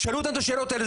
תשאלו אותם את השאלות האלה,